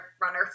Runner